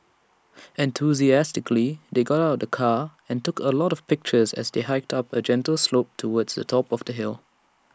enthusiastically they got out of the car and took A lot of pictures as they hiked up A gentle slope towards the top of the hill